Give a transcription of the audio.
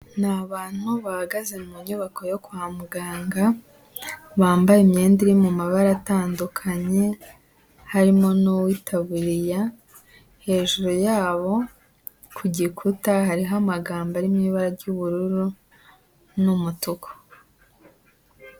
Ni abantu bahagaze mu nyubako yo kwa muganga bambaye imyenda iri mu mabara atandukanye harimo n'uwitaburiya, hejuru yabo ku gikuta hariho amagambo ari mu ibara ry'ubururu n'umutuku.